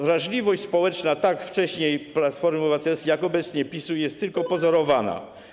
Wrażliwość społeczna tak wcześniej Platformy Obywatelskiej, jak obecnie PiS-u jest tylko pozorowana.